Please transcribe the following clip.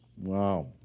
Wow